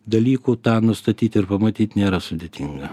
dalykų tą nustatyt ir pamatyt nėra sudėtinga